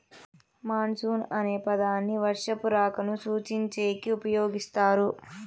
monsoon అనే పదాన్ని వర్షపు రాకను సూచించేకి ఉపయోగిస్తారు